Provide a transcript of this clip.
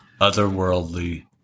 otherworldly